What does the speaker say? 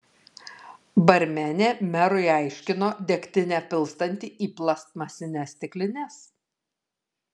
barmenė merui aiškino degtinę pilstanti į plastmasines stiklines